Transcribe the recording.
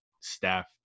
staff